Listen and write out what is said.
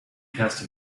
cast